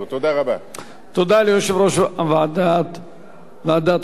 תודה ליושב-ראש ועדת החוקה,